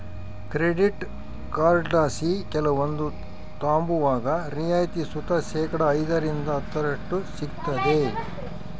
credit ಕಾರ್ಡ್ಲಾಸಿ ಕೆಲವೊಂದು ತಾಂಬುವಾಗ ರಿಯಾಯಿತಿ ಸುತ ಶೇಕಡಾ ಐದರಿಂದ ಹತ್ತರಷ್ಟು ಸಿಗ್ತತೆ